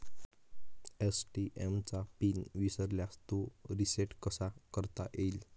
ATM चा PIN विसरल्यास तो रिसेट कसा करता येईल?